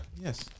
Yes